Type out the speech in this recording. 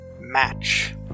Match